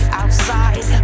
outside